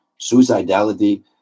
suicidality